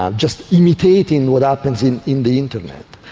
ah just imitating what happens in in the internet.